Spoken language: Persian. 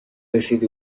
رسیدی